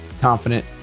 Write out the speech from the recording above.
confident